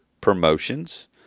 promotions